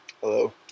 Hello